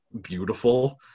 beautiful